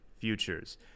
futures